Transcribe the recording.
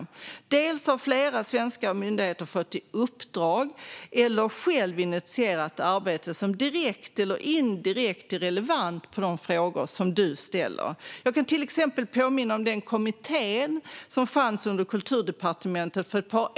Bland annat har flera svenska myndigheter fått i uppdrag att initiera eller själva initierat ett arbete som direkt eller indirekt är relevant för de frågor som du ställer. Jag kan till exempel påminna om den kommitté som för ett par år sedan fanns under Kulturdepartementet.